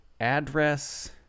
address